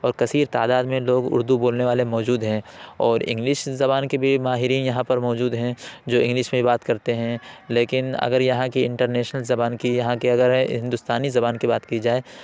اور کثیر تعداد میں لوگ اردو بولنے والے موجود ہیں اور انگلش زبان کے بھی ماہرین یہاں پر موجود ہیں جو انگلش میں بات کرتے ہیں لیکن اگر یہاں کی انٹرنیشنل زبان کی یہاں کے اگر ہندوستانی زبان کی بات کی جائے